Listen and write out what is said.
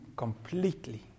Completely